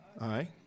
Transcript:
Aye